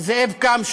זאב קם,